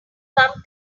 come